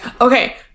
okay